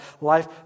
Life